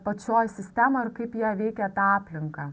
pačioj sistemoj ir kaip jie veikia tą aplinką